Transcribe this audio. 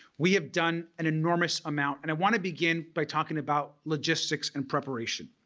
we have done an enormous amount and i want to begin by talking about logistics and preparation.